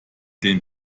den